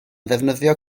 ddefnyddio